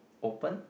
open